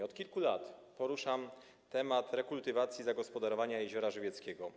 Od kilku lat poruszam temat rekultywacji zagospodarowania Jeziora Żywieckiego.